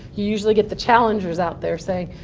you usually get the challengers out there saying,